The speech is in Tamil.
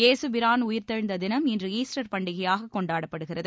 இயேசுபிரான் உயிர்த்தெழுந்த தினம் இன்று ஈஸ்டர் பண்டிகையாக கொண்டாடப்படுகிறது